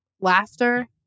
laughter